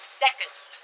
seconds